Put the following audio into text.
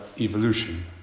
evolution